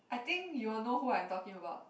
I think you'll know who I'm talking about